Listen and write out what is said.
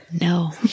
No